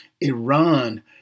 Iran